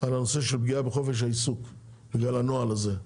על הנושא של פגיעה בחופש העיסוק בגלל הנוהל הזה,